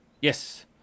Yes